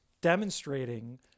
demonstrating